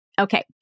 Okay